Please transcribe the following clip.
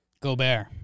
Gobert